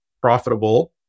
profitable